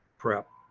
prep.